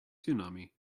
tsunami